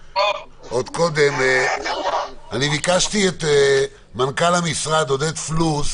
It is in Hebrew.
קודם, אני רוצה לשמוע את עודד פלוס, מנכ"ל המשרד.